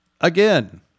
Again